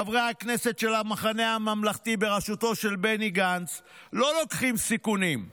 חברי הכנסת של המחנה הממלכתי בראשותו של בני גנץ לא לוקחים סיכונים.